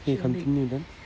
okay continue then